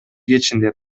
кечинде